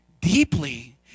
deeply